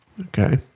Okay